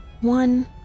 One